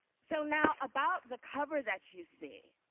so, now about the cover that you see,